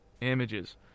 Images